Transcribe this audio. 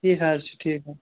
ٹھیٖک حظ چھُ ٹھیٖک حظ